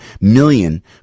million